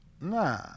Nah